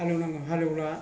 हालेवनांगोन हालेवग्रा